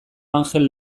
anjel